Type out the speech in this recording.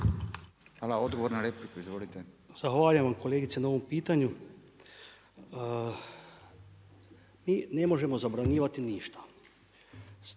Hvala. Odgovor na repliku. Izvolite. **Križanić, Josip (HDZ)** Zahvaljujem vam kolegice na ovom pitanju. Mi ne možemo zabranjivati ništa.